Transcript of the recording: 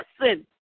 listen